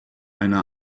eine